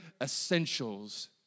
essentials